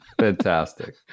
Fantastic